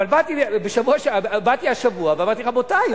באתי השבוע ואמרתי: רבותי,